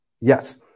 yes